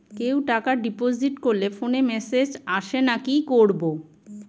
কেউ টাকা ডিপোজিট করলে ফোনে মেসেজ আসেনা কি করবো?